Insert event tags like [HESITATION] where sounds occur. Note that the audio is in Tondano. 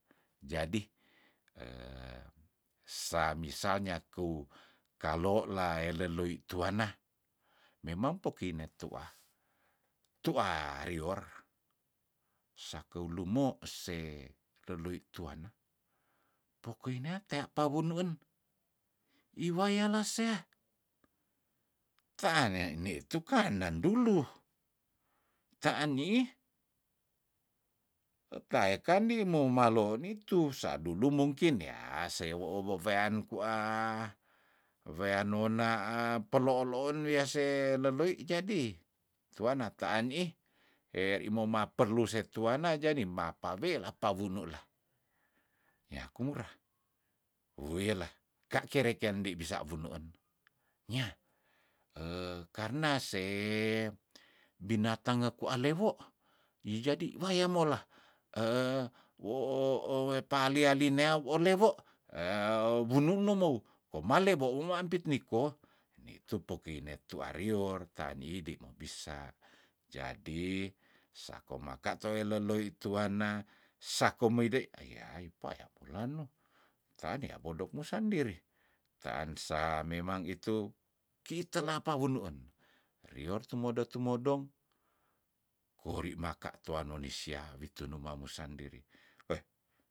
Jadi [HESITATION] samisalnya kou kalola eleloi tuanna memang poki net tuah tuah rior sakew lumo se leloi tuanna pukui nea tea pawunuen iwayah lasea tean nea nde tuka nandulu taan niih etaekan ndi mou maloon itu sadulu mungkin yah se woowo fean ku [HESITATION] weanona ah peloloon wease leloi jadi tuana taan ih heri moma perlu setuana jadi mapa wel apa wu nula nyaku murah owelah kake reken ndi bisa wunuen nyah [HESITATION] karna se binatang ekualewo ijadi waya mola [HESITATION] wo o wepalia linea olewo heh wunu numou komalebo uma ampitnihko nitu pokiy netua rior taani di mo pisah jadi sako maka toe leloit tuanna sako meide ayah ipoya pulano tanea bodokmu sandiri tan sa memang itu kitelapa wunuen rior tumodo- tumodong kori maka tuano nisia witu numa musan diri oeh